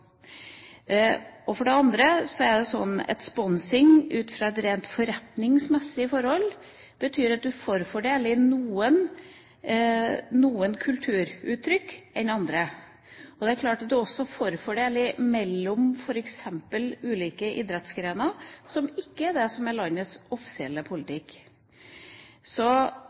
kontroll. For det andre er det sånn at sponsing, ut fra et rent forretningsmessig forhold, betyr at man forfordeler noen kulturuttrykk i forhold til andre. Det er klart at man også forfordeler mellom f.eks. ulike idrettsgrener – som ikke er det som er landets offisielle politikk. Så